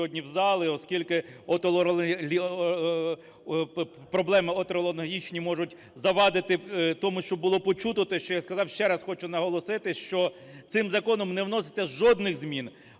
оскільки проблеми отоларингологічні можуть завадити тому, щоб було почуто те, що я сказав. Ще раз хочу наголосити, що цим законом не вноситься жодних змін